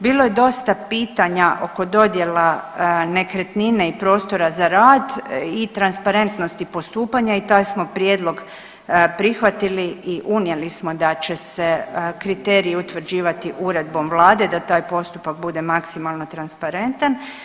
Bilo je dosta pitanja oko dodjela nekretnine i prostora za rad i transparentnosti postupanja i taj smo prijedlog prihvatili i unijeli smo da će se kriteriji utvrđivati uredbom Vlade da taj postupak bude maksimalno transparentan.